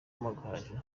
amagaju